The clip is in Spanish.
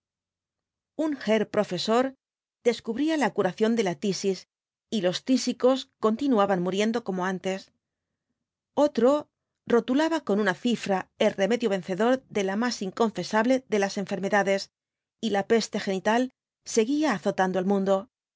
un herr professor descubría la curación de la tisis y los tísicos continuaban muriendo como antes otro rotulaba con una cifra el remedio vencedor de la más inconfesable de las enfermedades y la peste genital seguía azotando al mundo y